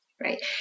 right